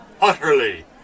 utterly